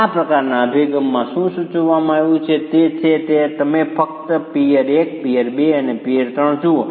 આ પ્રકારના અભિગમમાં શું સૂચવવામાં આવ્યું છે તે છે તમે ફક્ત પીઅર 1 પિઅર 2 અને પિઅર 3 જુઓ